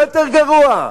לא יותר גרוע.